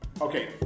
Okay